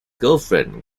girlfriend